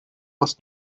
was